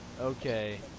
Okay